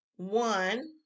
One